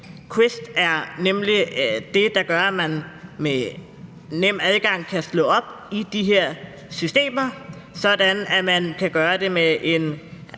QUEST er nemlig det, der gør, at man med en nem adgang kan slå op i de her systemer, så man kan gøre det på en